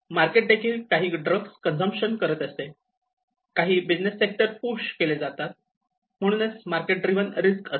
market देखील काही drugs consumption करत असते काही बिझनेस सेक्टर पुश केले जातात म्हणूनच मार्केट ड्रिव्हन रिस्क असते